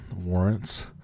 warrants